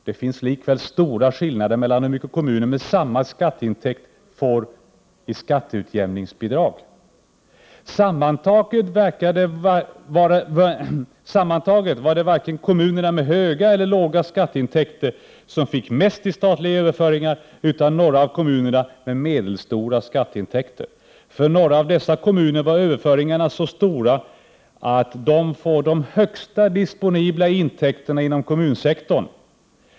Det finns likväl stora skillnader mellan hur mycket kommuner med samma skatteintäkt får i skatteutjämningsbidrag. Sammantaget var det varken kommunerna med höga eller låga skatteintäkter som fick mest i statliga överföringar, utan några av kommunerna med medelstora skatteintäkter. För några av dessa kommuner var överföringarna så stora att de får de högsta disponibla intäkterna inom kommunsektorn.